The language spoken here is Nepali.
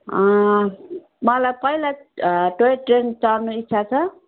मलाई पहिला टोय ट्रेन चढ्ने इच्छा छ